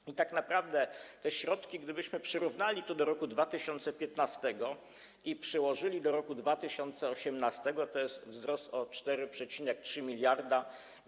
I tak naprawdę te środki, gdybyśmy przyrównali to do roku 2015 i przyłożyli do roku 2018, to jest wzrost o 4,3 mld zł.